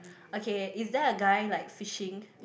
okay is there a guy like fishing